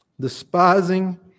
despising